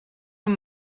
een